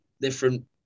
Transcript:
different